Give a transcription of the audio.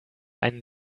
einen